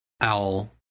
owl